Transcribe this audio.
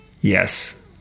Yes